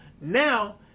now